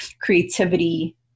creativity